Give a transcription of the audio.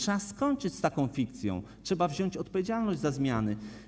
Czas skończyć z taką fikcją, trzeba wziąć odpowiedzialność za zmiany.